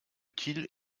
utile